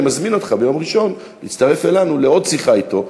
אני מזמין אותך להצטרף אלינו ביום ראשון לעוד שיחה אתו ברמאללה,